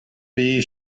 bee